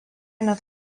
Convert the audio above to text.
net